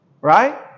Right